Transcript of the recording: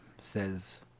says